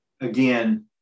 again